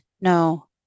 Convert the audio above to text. no